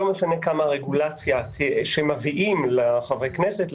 לא משנה כמה רגולציה שמביאים לחברי הכנסת,